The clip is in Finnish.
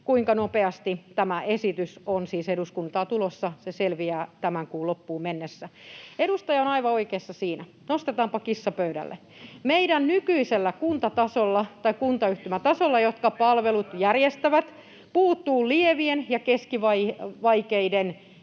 Kuinka nopeasti tämä esitys on eduskuntaan tulossa, se selviää tämän kuun loppuun mennessä. Edustaja on aivan oikeassa. Nostetaanpa kissa pöydälle: meidän nykyisellä kunta- tai kuntayhtymätasolla, jotka palvelut järjestävät, puuttuu lievien ja keskivaikeiden